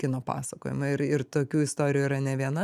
kino pasakojimą ir ir tokių istorijų yra ne viena